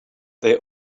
they